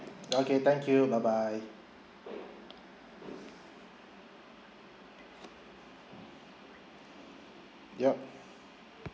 okay thank you bye bye yup